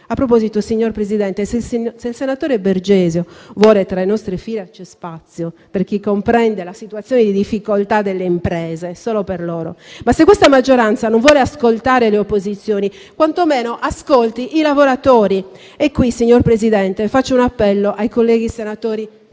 A proposito, signor Presidente, se il senatore Bergesio vuole, tra le nostre file c'è spazio per chi comprende la situazione di difficoltà delle imprese, solo per loro. Tuttavia, se questa maggioranza non vuole ascoltare le opposizioni, quantomeno ascolti i lavoratori. A tal riguardo, signor Presidente, faccio un appello ai colleghi senatori